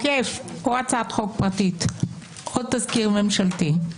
עוקף או הצעת חוק פרטית או תזכיר ממשלתי,